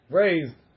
raised